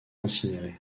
incinéré